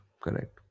Correct